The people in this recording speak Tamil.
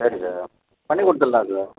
சரி சார் பண்ணிக் கொடுத்துட்லாம் சார்